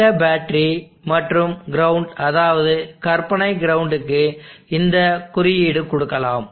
இந்த பேட்டரி மற்றும் கிரவுண்ட் அதாவது கற்பனை கிரவுண்டுக்கு இந்தக் குறியீடு கொடுக்கலாம்